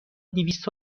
دویست